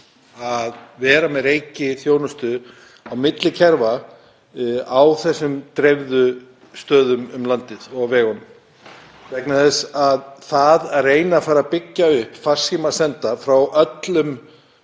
að vera með reikiþjónustu á milli kerfa á þessum dreifðu stöðum um landið og á vegunum. Það að reyna að fara að byggja upp farsímasenda frá öllum